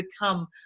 become